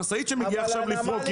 המשאית שמגיעה עכשיו לפרוק,